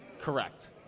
Correct